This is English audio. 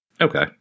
Okay